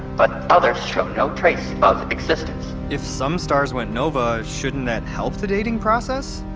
but others show no trace of existence if some stars went nova, shouldn't that help the dating process?